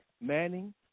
Manning